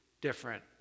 different